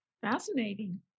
Fascinating